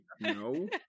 no